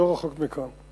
לא רחוק מכאן.